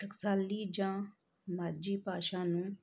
ਟਕਸਾਲੀ ਜਾਂ ਮਾਝੀ ਭਾਸ਼ਾ ਨੂੰ